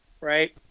right